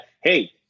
hey